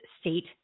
state